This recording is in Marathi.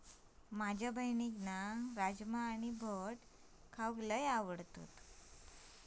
माझ्या बहिणीक राजमा आणि भट खाऊक लय आवडता